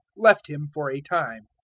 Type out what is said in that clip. left him for a time.